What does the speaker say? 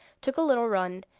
took a little run,